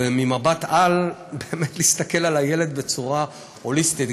וממבט-על באמת להסתכל על הילד בצורה הוליסטית.